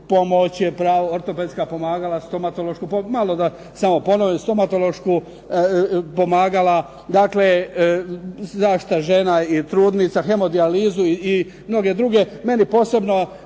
pomoć, pravo na ortopedska pomagala, stomatološku, malo da samo ponovim, stomatološka pomagala, dakle, zaštita žena i trudnica, hemodijalizu i mnoge druge. Meni posebno